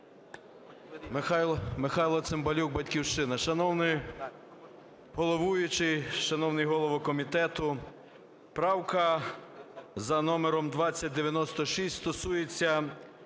Михайло Цимбалюк, "Батьківщина". Шановний головуючий, шановний голово комітету, правка за номером 2096 стосується